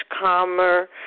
calmer